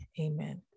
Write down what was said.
Amen